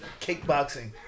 kickboxing